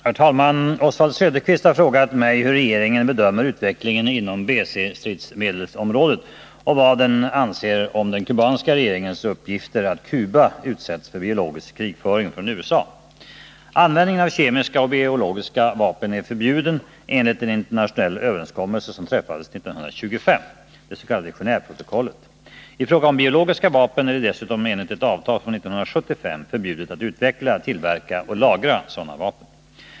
Herr talman! Oswald Söderqvist har frågat mig hur regeringen bedömer utvecklingen inom BC-stridsmedelsområdet och vad den anser om den kubanska regeringens uppgifter att Cuba utsätts för biologisk krigföring från USA. Användningen av kemiska och biologiska vapen är förbjuden enligt en internationell överenskommelse som träffades 1925, det s.k. Genéveprotokollet. I fråga om biologiska vapen är det dessutom enligt ett avtal från 1972 förbjudet att utveckla, tillverka och lagra sådana vapen.